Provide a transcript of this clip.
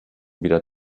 wieder